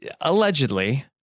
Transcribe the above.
Allegedly